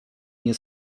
nie